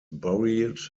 buried